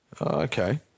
Okay